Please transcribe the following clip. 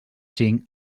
cinc